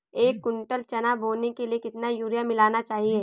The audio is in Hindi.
एक कुंटल चना बोने के लिए कितना यूरिया मिलाना चाहिये?